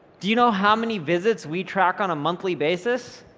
do you know how many visits we track on a monthly basis?